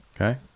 Okay